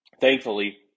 Thankfully